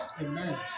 Amen